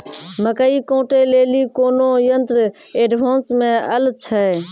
मकई कांटे ले ली कोनो यंत्र एडवांस मे अल छ?